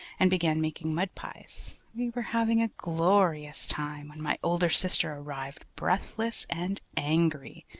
and began making mud pies. we were having a glorious time when my older sister arrived, breathless and angry.